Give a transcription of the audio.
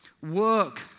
work